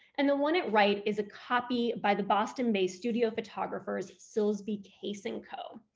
and the one at right is a copy by the boston bay studio photographers silsbee, case, and co,